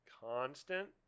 Constant